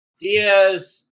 Diaz